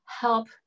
help